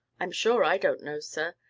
i'm sure i don't know, sir.